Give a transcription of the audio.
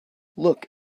look